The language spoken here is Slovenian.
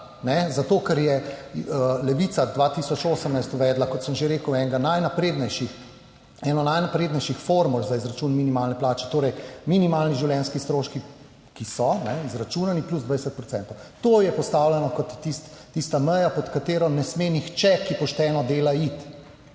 zato ker je Levica 2018 uvedla, kot sem že rekel, eno najnaprednejših formul za izračun minimalne plače, torej minimalni življenjski stroški, ki so izračunani, plus 20 procentov. To je postavljeno kot tista meja, pod katero ne sme nihče, ki pošteno dela, iti.